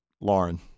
Lauren